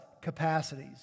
capacities